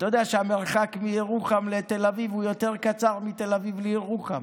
אתה יודע שהמרחק מירוחם לתל אביב הוא יותר קטן מאשר מתל אביב לירוחם,